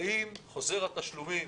האם חוזר התשלומים